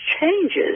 changes